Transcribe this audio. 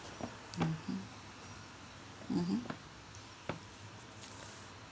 mmhmm mmhmm